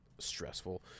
stressful